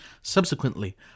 Subsequently